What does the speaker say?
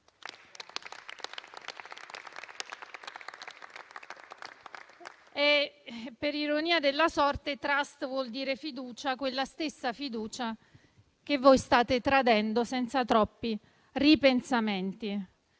Per ironia della sorte, *trust* vuol dire fiducia, quella stessa fiducia che voi state tradendo senza troppi ripensamenti.